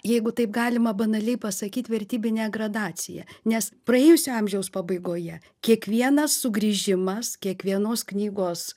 jeigu taip galima banaliai pasakyt vertybinę gradaciją nes praėjusio amžiaus pabaigoje kiekvienas sugrįžimas kiekvienos knygos